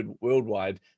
worldwide